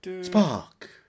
Spark